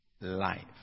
life